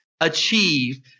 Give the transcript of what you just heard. Achieve